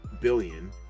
billion